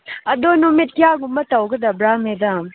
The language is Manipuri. ꯑꯗꯨ ꯅꯨꯃꯤꯠ ꯀꯌꯥꯒꯨꯝꯕ ꯇꯧꯒꯗꯧꯕ꯭ꯔꯥ ꯃꯦꯗꯥꯝ